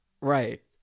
Right